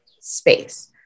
space